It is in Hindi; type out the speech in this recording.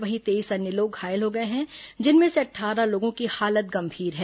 वहीं तेईस अन्य लोग घायल हो गए हैं जिनमें से अट्ठारह लोगों की हालत गंभीर है